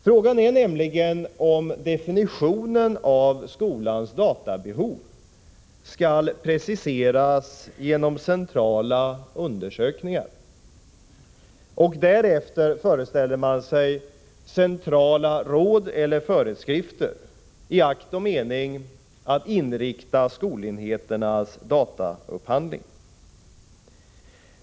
Frågan är nämligen om definitionen av skolans databehov skall preciseras genom centrala undersökningar för att därefter föreställas genom centrala råd eller föreskrifter i akt och mening att inrikta skolenheternas dataupphandling.